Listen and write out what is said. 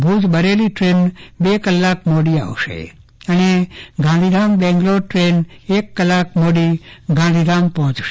Bhuj Bareilly train બે કલાક મોડી આવશે અને ગાંધીધામ બેંગ્લોર ટ્રેન એક કલાક મોડી ગાંધીધામ આવશે